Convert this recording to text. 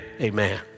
amen